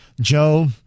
Joe